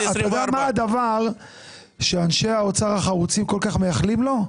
אתה יודע מה הדבר שאנשי האוצר החרוצים כל כך מייחלים לו?